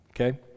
okay